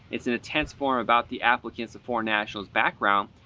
it's an intense form about the applicant's of foreign national's background.